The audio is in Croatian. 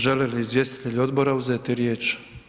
Žele li izvjestitelji odbora uzeti riječ?